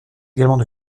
également